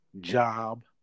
job